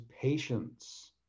patience